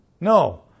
No